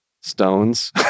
stones